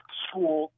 school